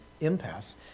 impasse